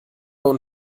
und